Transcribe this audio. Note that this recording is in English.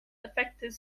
affected